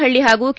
ಹಳ್ಳಿ ಹಾಗೂ ಕೆ